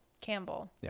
Campbell